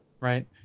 Right